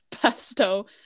pesto